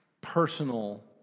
personal